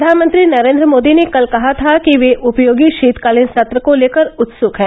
प्रधानमंत्री नरेन्द्र मोदी ने कल कहा था कि वे उपयोगी शीतकालीन सत्र को लेकर उत्सक हैं